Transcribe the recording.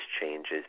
changes